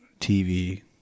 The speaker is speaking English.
TV